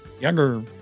younger